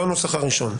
לא הנוסח הראשון.